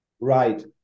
Right